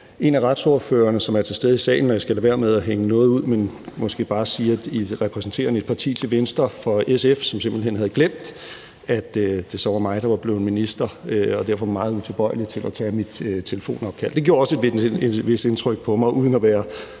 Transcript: en af retsordførerne, som er til stede i salen, og jeg skal lade være med at hænge nogen ud, men måske bare sige en ordfører repræsenterende et parti til venstre for SF, som simpelt hen havde glemt, at det så var mig, der var blevet minister og derfor var meget utilbøjelig til at tage mit telefonopkald. Det gjorde også et vist indtryk på mig – uden at være